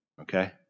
okay